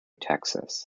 texas